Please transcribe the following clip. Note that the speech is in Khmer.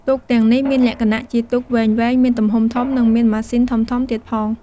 ទូកទាំងនេះមានលក្ចណៈជាទូកវែងៗមានទំហំធំ និងមានម៉ាស៊ីនធំៗទៀតផង។